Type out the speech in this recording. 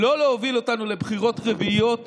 לא להוביל אותנו לבחירות רביעיות